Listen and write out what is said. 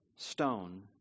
stone